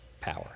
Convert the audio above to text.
power